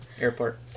Airport